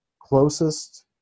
closest